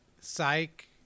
psych